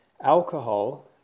Alcohol